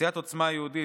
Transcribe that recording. סיעת עוצמה יהודית,